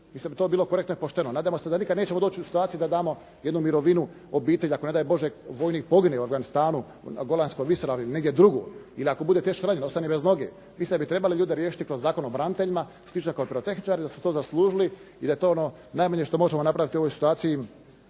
Mislim da bi to bilo korektno i pošteno. Nadamo se da nikada nećemo doći u situaciju da damo jednu mirovinu obitelji, ako ne daj Bože vojnik pogine u Afganistanu, na Golanskoj visoravni ili negdje drugdje ili ako bude teško ranjen, ostane bez noge. Mislim da bi trebali ljude riješiti kao Zakon o braniteljima, slično kao i pirotehničari, da su to zaslužili i da je to ono najmanje što možemo napraviti u ovoj situaciji